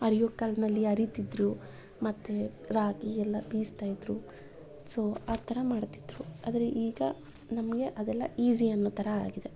ಅರೆಯೋ ಕಲ್ಲಿನಲ್ಲಿ ಅರಿತಿದ್ರು ಮತ್ತು ರಾಗಿ ಎಲ್ಲ ಬೀಸ್ತಾ ಇದ್ದರು ಸೊ ಆ ಥರ ಮಾಡ್ತಿದ್ರು ಆದರೆ ಈಗ ನಮಗೆ ಅದೆಲ್ಲ ಈಸಿ ಅನ್ನೋ ಥರ ಆಗಿದೆ